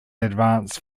advanced